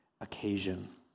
occasion